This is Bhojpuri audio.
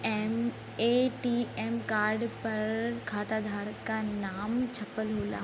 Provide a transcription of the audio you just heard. ए.टी.एम कार्ड पर खाताधारक क नाम छपल होला